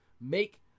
Make